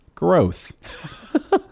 Growth